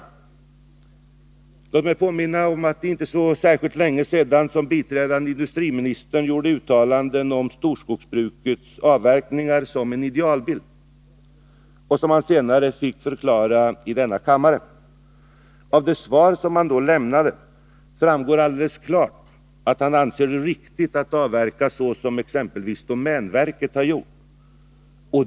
Låt mig påminna om att det inte är så länge sedan som biträdande industriministern gjorde uttalanden om storskogsbrukets avverkningar som idealbild och som han sedan fick förklara i denna kammare. Av det svar som han då lämnade framgår alldeles klart att han anser att det är riktigt att avverka så som exempelvis domänverket gjort.